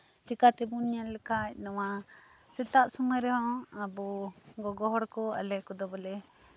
ᱪᱤᱠᱟᱹ ᱛᱮᱵᱚᱱ ᱧᱮᱞ ᱞᱮᱠᱷᱟᱱ ᱱᱚᱶᱟ ᱥᱮᱛᱟᱜ ᱥᱚᱢᱚᱭ ᱨᱮᱦᱚᱸ ᱟᱵᱚ ᱜᱚᱜᱚ ᱦᱚᱲ ᱠᱚ ᱟᱞᱮ ᱠᱚᱫᱚ ᱵᱚᱞᱮ